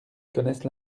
connaissent